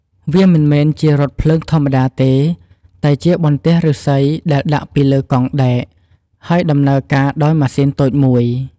វាមិនមែនជារថភ្លើងធម្មតាទេ តែជាបន្ទះឫស្សីដែលដាក់ពីលើកង់ដែក ហើយដំណើរការដោយម៉ាស៊ីនតូចមួយ។